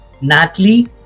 Natalie